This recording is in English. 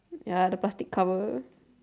ya the plastic cover